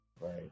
Right